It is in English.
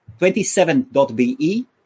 27.be